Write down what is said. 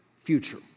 future